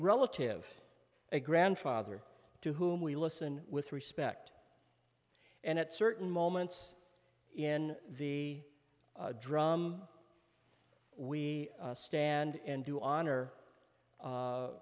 relative a grandfather to whom we listen with respect and at certain moments in the drum we stand and do honor